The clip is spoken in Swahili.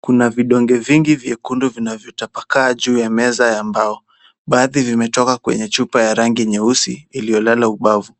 Kuna vidonge vingi vyekundu vinavyotapakaa juu ya meza ya mbao. Baadhi vimetoka kwenye chupa ya rangi nyeusi iliyolala ubavu.